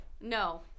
No